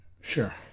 Sure